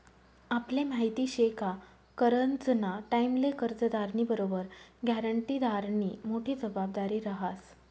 आपले माहिती शे का करजंना टाईमले कर्जदारनी बरोबर ग्यारंटीदारनी मोठी जबाबदारी रहास